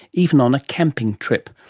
even on a camping trip.